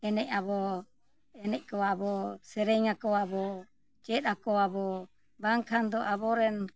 ᱮᱱᱮᱡ ᱟᱵᱚ ᱮᱱᱮᱡ ᱠᱚᱣᱟᱵᱚ ᱥᱮᱨᱮᱧ ᱟᱠᱚᱣᱟᱵᱚ ᱪᱮᱫ ᱟᱠᱚᱣᱟᱵᱚ ᱵᱟᱝᱠᱷᱟᱱ ᱫᱚ ᱟᱵᱚᱨᱮᱱ